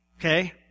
Okay